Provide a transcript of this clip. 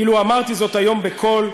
אילו אמרתי זאת היום בקול,